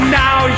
now